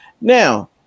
Now